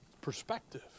Perspective